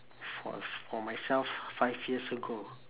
for s~ for myself five years ago